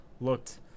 looked